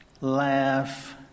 laugh